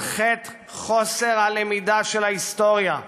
על חטא חוסר הלמידה של ההיסטוריה,